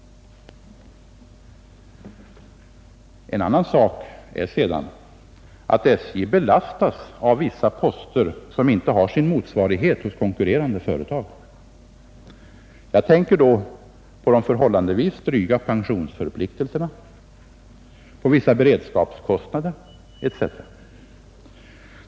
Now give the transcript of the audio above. En annan sak är sedan, att SJ belastas av vissa poster som inte har sin motsvarighet hos konkurrerande företag. Jag tänker då på de förhållandevis dryga pensionsförpliktelserna, på vissa beredskapskostnader etc.